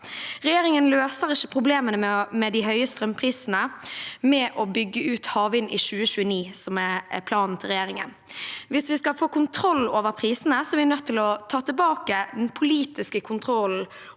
Regjeringen løser ikke problemene med de høye strømprisene med å bygge ut havvind i 2029, som er planen til regjeringen. Hvis vi skal få kontroll over prisene, er vi nødt til å ta tilbake den politiske kontrollen